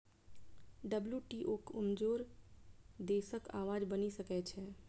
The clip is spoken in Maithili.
डब्ल्यू.टी.ओ कमजोर देशक आवाज बनि सकै छै